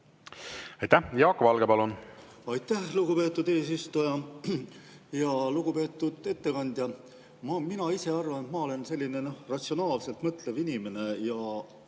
Aitäh! Jaak Valge, palun! Aitäh, lugupeetud eesistuja! Lugupeetud ettekandja! Mina ise arvan – ma olen selline ratsionaalselt mõtlev inimene –,